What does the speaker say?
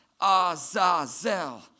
Azazel